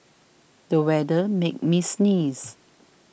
the weather made me sneeze